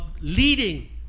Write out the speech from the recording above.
leading